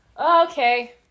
Okay